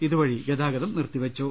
ഇതുവഴി ഗതാഗതം നിർത്തിവെച്ചു